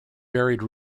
buried